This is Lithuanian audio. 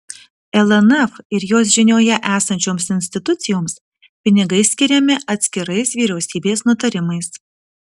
lnf ir jos žinioje esančioms institucijoms pinigai skiriami atskirais vyriausybės nutarimais